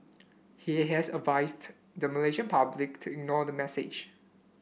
he has advised the Malaysian public to ignore the message